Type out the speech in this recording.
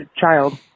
child